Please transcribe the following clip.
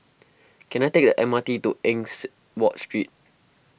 can I take the M R T to Eng Watt Street